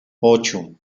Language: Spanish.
ocho